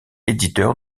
éditeur